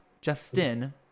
justin